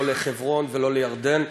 לא לחברון ולא לירדן.